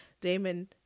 Damon